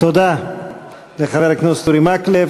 תודה לחבר הכנסת אורי מקלב.